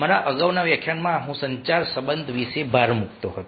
મારા અગાઉના વ્યાખ્યાનમાં હું સંચાર સંબંધ વિશે ભાર મૂકતો હતો